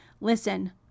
listen